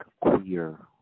queer